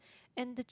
and